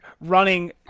running